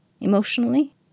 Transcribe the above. Emotionally